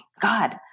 God